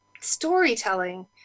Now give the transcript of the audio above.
storytelling